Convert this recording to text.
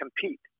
compete